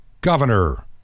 Governor